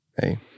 Hey